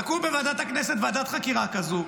תקום בוועדת הכנסת ועדת חקירה כזאת,